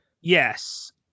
Yes